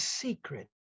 secret